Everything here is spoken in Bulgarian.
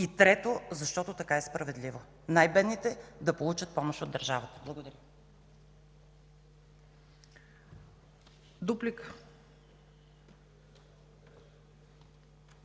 И трето, защото така е справедливо – най-бедните да получат помощ от държавата. Благодаря.